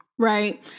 Right